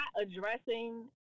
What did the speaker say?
addressing